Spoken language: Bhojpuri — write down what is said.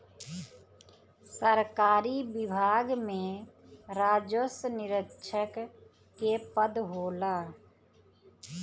सरकारी विभाग में राजस्व निरीक्षक के पद होला